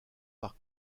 par